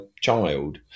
child